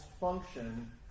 function